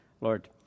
Lord